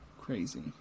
Crazy